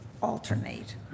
alternate